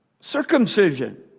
circumcision